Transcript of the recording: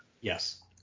Yes